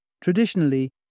Traditionally